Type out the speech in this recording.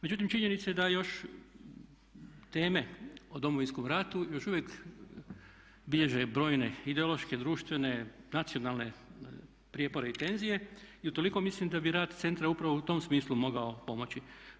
Međutim, činjenica je da još teme o Domovinskom ratu još uvijek bilježe brojne ideološke, društvene, nacionalne prijepore i tenzije i utoliko mislim da bi rad centra upravo u tom smislu mogao pomoći.